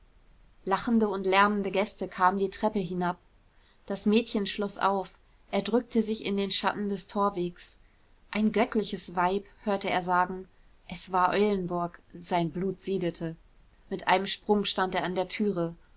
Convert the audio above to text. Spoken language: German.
lachende und lärmende gäste kamen die treppe hinab das mädchen schloß auf er drückte sich in den schatten des torwegs ein göttliches weib hörte er sagen das war eulenburg sein blut siedete mit einem sprung stand er an der türe